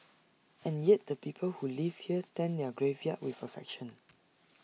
and yet the people who live here tend their graveyard with affection